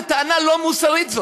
איזו טענה לא מוסרית זאת.